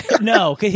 No